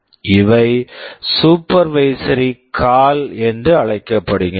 இவை supervisory calls supervisory calls என்று அழைக்கப்படுகின்றன